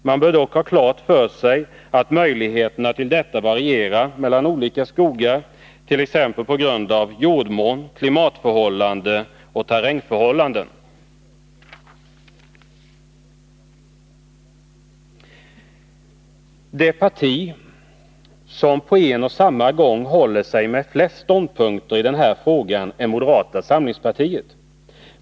Man bör dock ha klart för sig att möjligheterna till detta varierar mellan olika skogar, t.ex. på grund av jordmån, klimatförhållanden och terrängförhållanden. Det parti som på en och samma gång håller sig med flest ståndpunkter i denna fråga är moderata samlingspartiet.